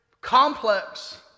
complex